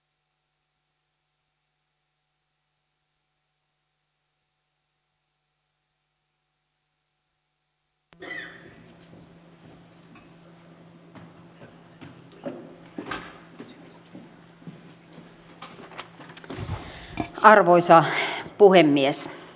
arvoisa puhemies